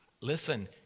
Listen